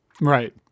Right